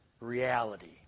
reality